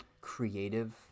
creative